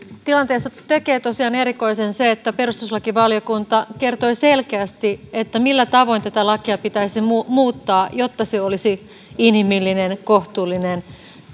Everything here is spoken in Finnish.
tilanteesta tekee tosiaan erikoisen se että perustuslakivaliokunta kertoi selkeästi millä tavoin tätä lakia pitäisi muuttaa jotta se olisi inhimillinen kohtuullinen